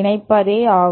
இணைப்பதே ஆகும்